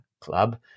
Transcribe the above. club